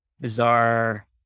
bizarre